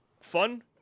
fun